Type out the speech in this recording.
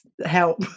help